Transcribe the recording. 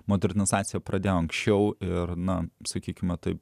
modernizaciją pradėjo anksčiau ir na sakykime taip